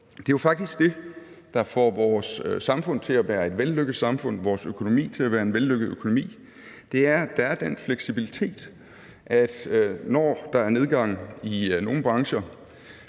Det er jo faktisk det, der får vores samfund til at være et vellykket samfund, og vores økonomi til at være en vellykket økonomi, altså at der er den fleksibilitet, at der, når der er nedgang i nogle brancher,